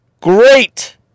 Great